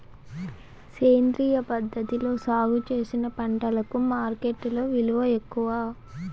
సేంద్రియ పద్ధతిలో సాగు చేసిన పంటలకు మార్కెట్టులో విలువ ఎక్కువ